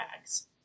bags